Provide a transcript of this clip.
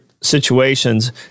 situations